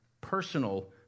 Personal